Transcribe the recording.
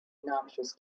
noxious